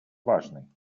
важный